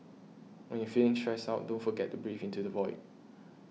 when you are feeling stressed out don't forget to breathe into the void